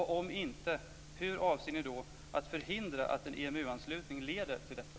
Om inte, hur avser ni då att förhindra att en EMU-anslutning leder till detta?